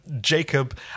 Jacob